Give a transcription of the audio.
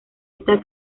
está